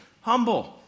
Humble